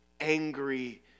angry